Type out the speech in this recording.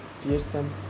fearsome